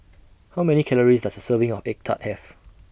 How Many Calories Does A Serving of Egg Tart Have